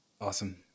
Awesome